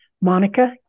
Monica